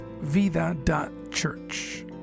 vida.church